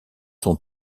sont